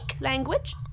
language